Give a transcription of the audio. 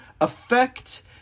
affect